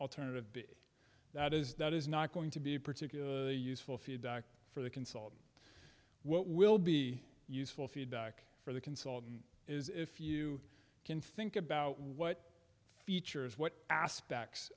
alternative b that is that is not going to be a particular useful feedback for the consultant what will be useful feedback for the consultant is if you can think about what features what aspects